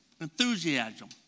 enthusiasm